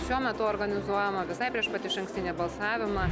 šiuo metu organizuojama visai prieš pat išankstinį balsavimą